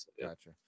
Gotcha